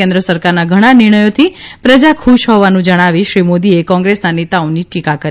કેન્દ્ર સરકારના ઘણા નિર્ણયોથી પ્રજા ખુશ હોવાનું જણાવી શ્રી મોદીને કોંગ્રેસના નેતાઓની ટીકા કરી